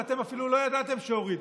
ואתם אפילו לא ידעתם שהורידו.